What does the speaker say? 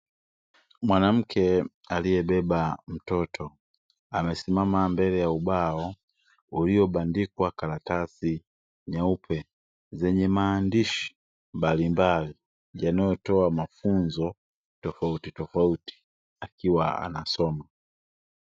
Mwanamke aliyebeba mtoto amesimama mbele ya ubao uliobandikwa karatasi nyeupe zenye maandishi mbalimbali yanayotoa mafunzo tofauti tofauti akiwa anasoma.